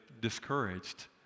discouraged